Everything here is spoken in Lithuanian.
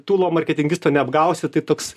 tūlo marketingisto neapgausi tai toks